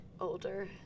older